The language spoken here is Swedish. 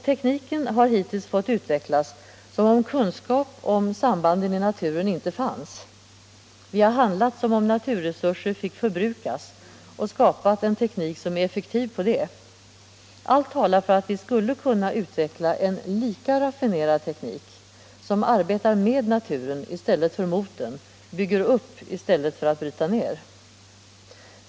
Tekniken har hittills fått utvecklas som om kunskap om sambanden i naturen inte fanns. Vi har handlat som om naturresurser fick förbrukas och skapat den teknik som är effektiv på att förbruka dem. Allt talar för att vi kunde utveckla en lika raffinerad teknik som arbetar med naturen i stället för mot den, bygga upp i stället för att bryta ned.